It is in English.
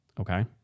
Okay